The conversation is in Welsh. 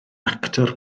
actor